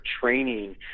training